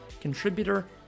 Contributor